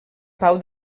pau